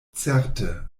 certe